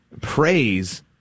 praise